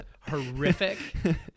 horrific